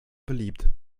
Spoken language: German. beliebt